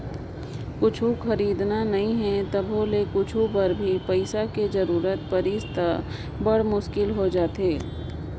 कुछु खरीदना नइ हे तभो ले कुछु बर भी पइसा के जरूरत परिस त बड़ मुस्कुल हो जाथे